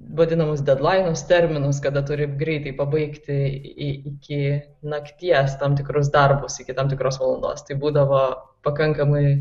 vadinamus dedlainus terminus kada turi greitai pabaigti iki nakties tam tikrus darbus iki tam tikros valandos tai būdavo pakankamai